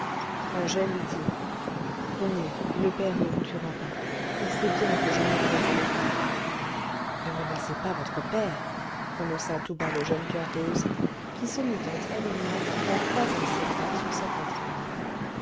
angèle dit rené le père ne vous tuera pas il sait bien que je mourrais avec vous ne menacez pas votre père prononça tout bas le jeune kervoz qui se mit entre elle et moi en croisant ses bras sur sa poitrine